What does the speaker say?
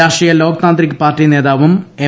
രാഷ്ട്രീയ ലോക് താന്ത്രിക് പാർട്ടി നേതാവും എം